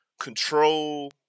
control